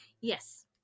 Yes